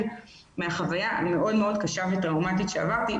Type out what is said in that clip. מהחוויה המאוד קשה וטראומתית שעברתי.